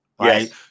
Right